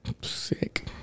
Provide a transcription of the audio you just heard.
Sick